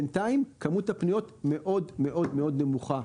בינתיים כמות הפניות מאוד מאוד נמוכה,